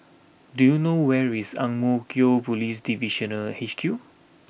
do you know where is Ang Mo Kio Police Divisional H Q